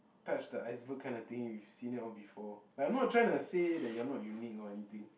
touch the iceberg kind of thing you've seen it all before like I'm not trying to say you're not unique or anything